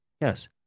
Yes